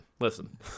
listen